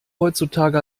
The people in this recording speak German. heutzutage